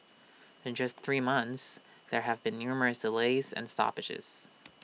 in just three months there have been numerous delays and stoppages